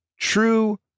true